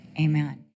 Amen